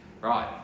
Right